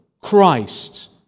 Christ